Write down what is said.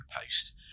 post